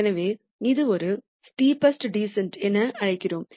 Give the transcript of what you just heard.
எனவே இது ஒரு ஸ்டெப்பஸ்ட் டீசன்ட் என அழைக்கிறோம்